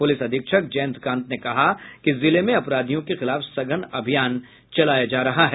police अधीक्षक जयंतकांत ने कहा कि जिले में अपराधियों के खिलाफ सघन अभियान चलाया जा रहा है